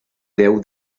déu